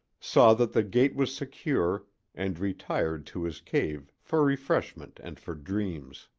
saw that the gate was secure and retired to his cave for refreshment and for dreams.